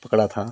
पकड़ा था